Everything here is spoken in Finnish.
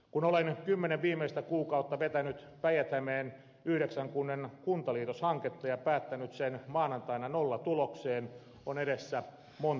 kun olen kymmenen viimeistä kuukautta vetänyt päijät hämeen yhdeksän kunnan kuntaliitoshanketta ja päättänyt sen maanantaina nollatulokseen on edessä monta kysymystä